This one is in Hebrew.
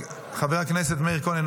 חבר הכנסת מאיר כהן,